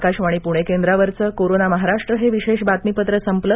आकाशवाणी पुणे केंद्रावरचं कोरोना महाराष्ट्र हे विशेष बातमीपत्र संपलं